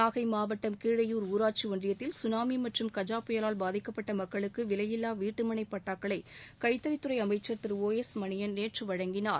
நாகை மாவட்டம் கீழையூர் ஊராட்சி ஒன்றியத்தில் சுனாமி மற்றும் கஜா புயலால் பாதிக்கப்பட்ட மக்களுக்கு விலையில்லா வீட்டுமனை பட்டாக்களை கைத்தறித்துறை அமைச்சர் திரு ஒ எஸ் மணியன் நேற்று வழங்கினார்